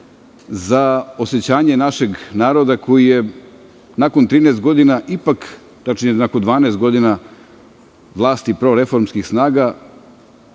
za osećanje našeg naroda koji je nakon 13 godina ipak, tačnije nakon 12 godina, vlasti proreformskih snaga